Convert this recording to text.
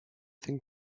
think